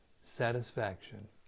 satisfaction